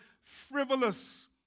frivolous